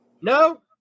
No